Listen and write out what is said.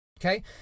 Okay